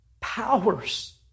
powers